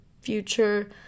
future